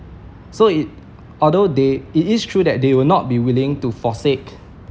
so if although they it is true that they'll not be willing to forsake